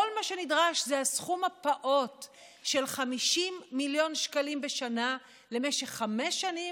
כל מה שנדרש הוא הסכום הפעוט של 50 מיליון שקלים בשנה למשך חמש שנים,